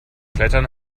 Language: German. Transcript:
klettern